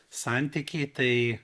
santykiai tai